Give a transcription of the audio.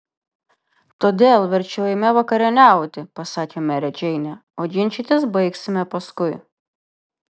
todėl verčiau eime vakarieniauti pasakė merė džeinė o ginčytis baigsime paskui